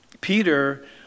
Peter